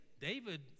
David